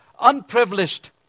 unprivileged